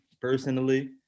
personally